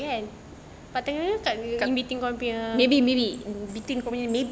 kau tengah